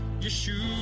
Yeshua